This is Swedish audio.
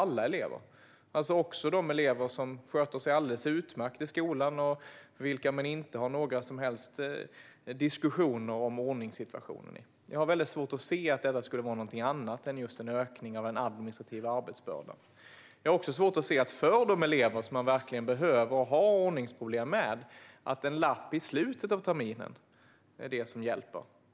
Det gäller också de elever som sköter sig alldeles utmärkt i skolan med vilka man aldrig har några som helst diskussioner om ordningsproblem. Jag har svårt att se att detta skulle vara någonting annat än just en ökning av den administrativa arbetsbördan. Jag har också svårt att se, för de elever som man verkligen har ordningsproblem med, hur en lapp i slutet av terminen skulle hjälpa.